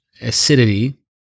acidity